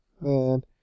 man